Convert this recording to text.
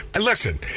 Listen